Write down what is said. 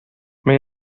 mae